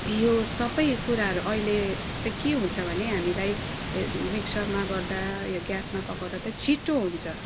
यो सबै कुराहरू अहिले त के हुन्छ भने हामीलाई मिक्सरमा गर्दा ग्यासमा पकाउँदा त छिटो हुन्छ